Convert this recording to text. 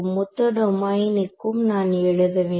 மொத்த டொமைனுக்கும் நான் எழுத வேண்டும்